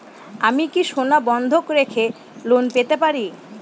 আমি কি সোনা বন্ধক রেখে লোন পেতে পারি?